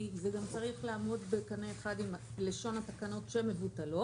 כי זה צריך גם לעמוד בקנה אחד עם לשון התקנות שמבוטלות